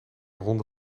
ronde